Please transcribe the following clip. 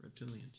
reptilians